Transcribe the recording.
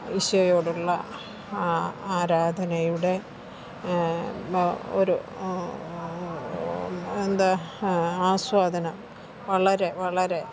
ഈശോയോടുള്ള ആ ആരാധനയുടെ ഒരു എന്താ ആസ്വാദനം വളരെ വളരെ